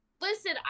Listen